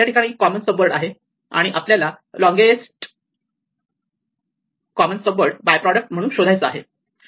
या ठिकाणी common subword आहे आणि आपल्याला longest common subword by product म्हणून शोधायचा आहे